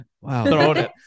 Wow